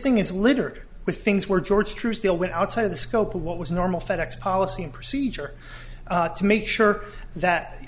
thing is littered with things where george truesdale went outside the scope of what was normal fed ex policy and procedure to make sure that